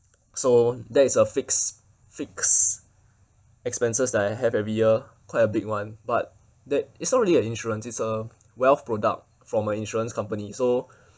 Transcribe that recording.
so that is a fixed fixed expenses that I have every year quite a big one but that it's not really an insurance it's a wealth product from a insurance company so